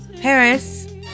Paris